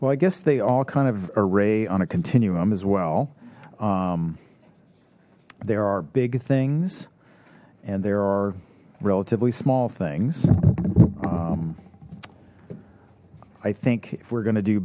well i guess they all kind of array on a continuum as well there are big things and there are relatively small things i think if we're gonna do